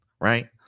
right